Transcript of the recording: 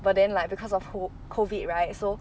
but then like because of COVID right so